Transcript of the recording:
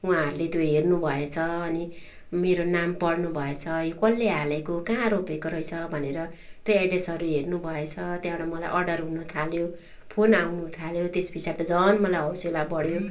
उहाँहरूले त्यो हेर्नुभएछ अनि मेरो नाम पढ्नु भएछ यो कसले हालेको कहाँ रोपेको रहेछ भनेर त्यो एड्रेसहरू हेर्नु भएछ त्यहाँबाट मलाई अर्डर हुन थाल्यो फोन आउँनु थाल्यो तेस पछाडि त झन मलाई हौसेला बढ्यो